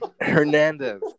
Hernandez